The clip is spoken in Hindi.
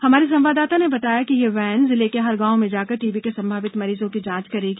हमारे संवाददाता ने बताया है कि यह वेन जिले के हर गांव में जाकर टीबी के संभावित मरीजों की जांच करेगी